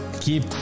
keep